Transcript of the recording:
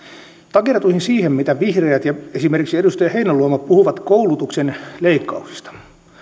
takertuisin siihen mitä vihreät ja esimerkiksi edustaja heinäluoma puhuvat koulutuksen leikkauksista se